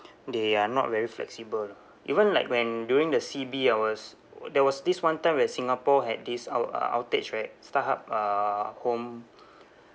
they are not very flexible lah even like when during the C_B I was there was this one time when singapore had this ou~ uh outage right starhub uh home